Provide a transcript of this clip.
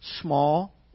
small